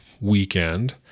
weekend